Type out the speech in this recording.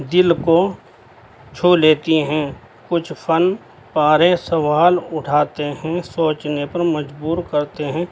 دل کو چھو لیتی ہیں کچھ فن پارے سوال اٹھاتے ہیں سوچنے پر مجبور کرتے ہیں